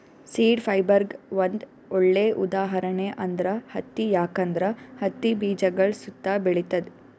seed ಫೈಬರ್ಗ್ ಒಂದ್ ಒಳ್ಳೆ ಉದಾಹರಣೆ ಅಂದ್ರ ಹತ್ತಿ ಯಾಕಂದ್ರ ಹತ್ತಿ ಬೀಜಗಳ್ ಸುತ್ತಾ ಬೆಳಿತದ್